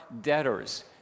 debtors